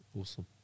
awesome